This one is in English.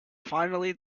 finally